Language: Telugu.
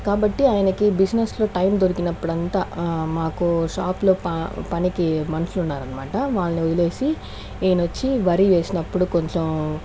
కాబట్టి ఆయనకి బిజినెస్ లో టైం దొరికినప్పుడంత మాకు షాప్ లో పనికి మనుషులు ఉన్నారు అనమాట వాళ్ళను వదిలేసి ఈయనొచ్చి వరి వేసినప్పుడు కొంచెం